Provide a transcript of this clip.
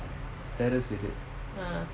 terrace is it